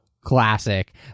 classic